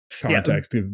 context